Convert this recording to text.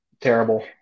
terrible